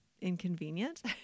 inconvenient